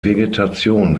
vegetation